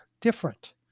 Different